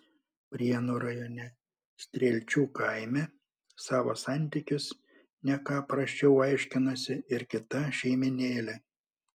prienų rajone strielčių kaime savo santykius ne ką prasčiau aiškinosi ir kita šeimynėlė